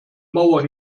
mauer